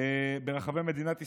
ברחבי מדינת ישראל,